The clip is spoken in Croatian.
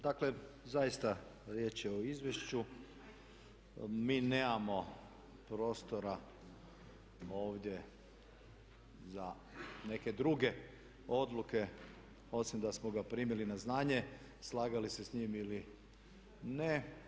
Dakle, zaista riječ je o izvješću, mi nemamo prostora ovdje za neke druge odluke osim da smo ga primili na znanje, slagali se sa njim ili ne.